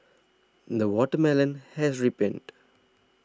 the watermelon has ripened